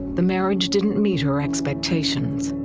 the marriage didn't meet her expectations.